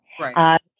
Right